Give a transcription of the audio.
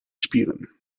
spieren